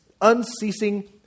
unceasing